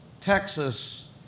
Texas